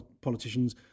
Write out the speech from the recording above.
politicians